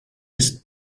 ist